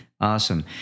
Awesome